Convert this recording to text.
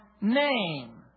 name